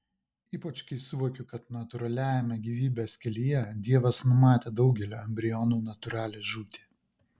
ypač kai suvokiu kad natūraliajame gyvybės kelyje dievas numatė daugelio embrionų natūralią žūtį